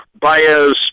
Baez